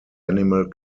animal